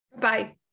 Bye